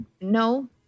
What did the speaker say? no